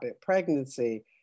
pregnancy